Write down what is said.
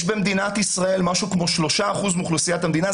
יש במדינת ישראל משהו כמו 3 אחוזים מאוכלוסיית המדינה,